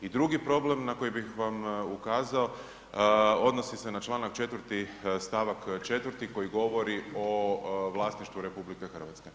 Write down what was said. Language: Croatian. I drugi problem na koji bih vam ukazao odnosi na Članak 4. stavak 4. koji govori o vlasništvu RH.